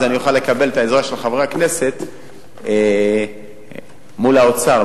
אני אוכל לקבל את העזרה של חברי הכנסת מול האוצר,